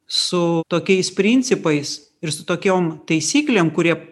su tokiais principais ir su tokiom taisyklėm kurie